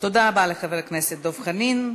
תודה רבה לחבר הכנסת דב חנין.